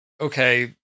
okay